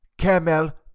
caramel